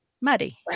muddy